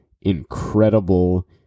incredible